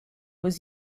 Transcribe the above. was